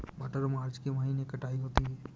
मटर मार्च के महीने कटाई होती है?